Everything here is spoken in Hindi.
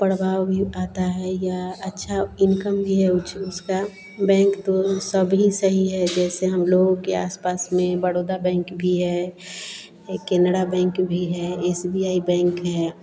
प्रभाव भी आता है या अच्छी इनकम भी है उछ उसका बैंक तो सभी सही है जैसे हम लोगों के आस पास में बड़ोदा बैंक भी है केनड़ा बैंक भी है एस बी आई बैंक है